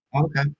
okay